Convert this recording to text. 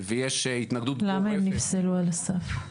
ויש התנגדות גורפת --- למה הם נפסלו על הסף?